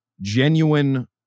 genuine